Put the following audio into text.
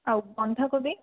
ଆଉ ବନ୍ଧାକୋବି